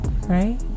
Right